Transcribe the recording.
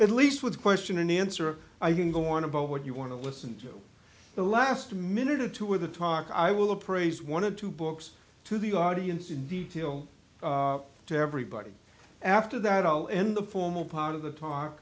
at least with a question and answer i can go on about what you want to listen to the last minute or two of the talk i will appraise one of two books to the audience in detail to everybody after that i'll end the formal part of the ta